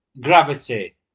gravity